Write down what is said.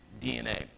DNA